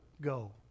go